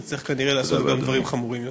נצטרך כנראה לעשות גם דברים חמורים יותר.